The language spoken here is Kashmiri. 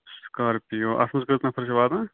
سِکارپِیَو اَتھ منٛز کٕژ نَفر چھِ واتان